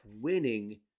winning